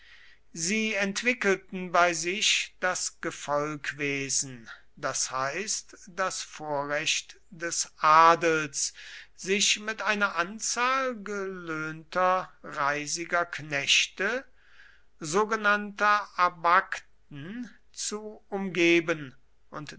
sie entwickelten bei sich das gefolgwesen das heißt das vorrecht des adels sich mit einer anzahl gelöhnter reisiger knechte sogenannter aen zu umgeben und